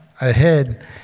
ahead